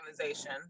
organization